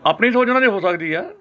ਆਪਣੀ ਸੋਚ ਉਹਨਾਂ ਦੀ ਹੋ ਸਕਦੀ ਹੈ